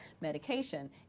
medication